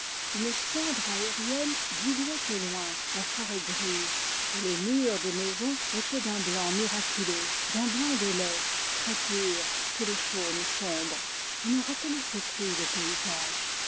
une cendre aérienne diluait au loin la forêt grise et les murs des maisons étaient d'un blanc miraculeux d'un blanc de lait très pur sous les chaumes sombres on ne reconnaissait plus le paysage